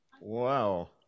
Wow